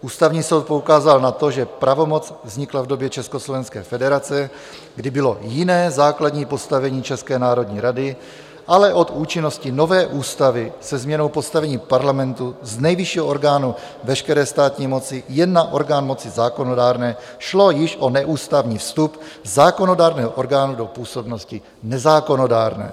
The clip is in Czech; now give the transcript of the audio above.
Ústavní soud poukázal na to, že pravomoc vznikla v době československé federace, kdy bylo jiné základní postavení České národní rady, ale od účinnosti nové ústavy, se změnou postavení parlamentu z nejvyššího orgánu veškeré státní moci jen na orgán moci zákonodárné, šlo již o neústavní vstup zákonodárného orgánu do působnosti nezákonodárné.